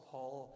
Paul